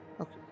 Okay